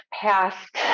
past